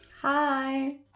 Hi